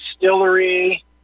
distillery